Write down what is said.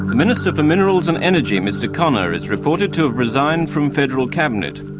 minister for minerals and energy, mr connor, is reported to have resigned from federal cabinet.